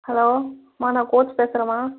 hello அம்மா நான் coach பேசுறேம்மா